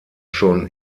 schon